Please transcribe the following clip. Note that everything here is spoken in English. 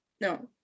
no